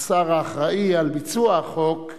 השר האחראי על ביצוע החוק,